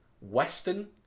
Western